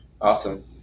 awesome